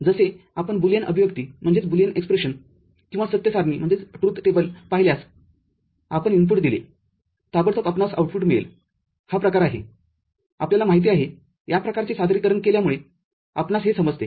जसे आपण बुलियन अभिव्यक्ती किंवा सत्य सारणी पाहिल्यासआपण इनपुट दिले ताबडतोब आपणास आउटपुट मिळेल हा प्रकार आहे आपल्याला माहिती आहेया प्रकारचे सादरीकरण केल्यामुळे आपणास हे समजते